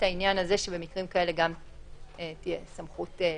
העניין הזה שבמקרים האלה תהיה סמכות להביא.